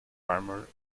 armor